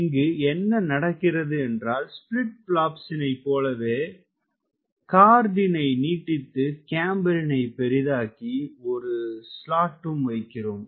இங்கு என்ன நடக்கிறது என்றால் ஸ்பிளிட் பிளாப்ஸினை போலவே கார்டினை நீட்டித்து கேம்பரினை பெரிதாக்கி ஒரு ஸ்லாட்டும் வைக்கிறோம்